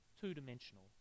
two-dimensional